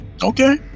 Okay